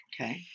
Okay